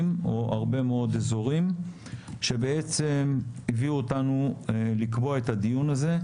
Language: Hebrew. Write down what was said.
או הרבה מאוד אזורים שהביאו אותנו לקבוע את הדיון הזה.